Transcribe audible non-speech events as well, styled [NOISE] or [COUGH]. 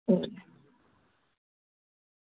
[UNINTELLIGIBLE]